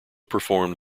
performed